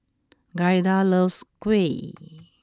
Giada loves Kuih